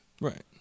Right